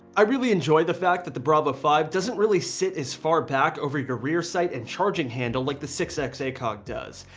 i really enjoy the fact that the bravo five doesn't really sit as far back over your rear sight and charging handle like the six x eight cog does.